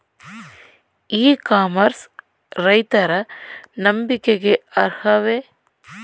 E commerce ರೈತರ ನಂಬಿಕೆಗೆ ಅರ್ಹವೇ?